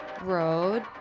road